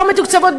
לא מתוקצבות,